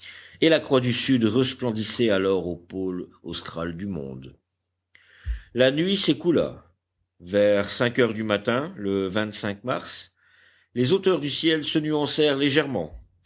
et la croix du sud resplendissait alors au pôle austral du monde la nuit s'écoula vers cinq heures du matin le mars les hauteurs du ciel se nuancèrent légèrement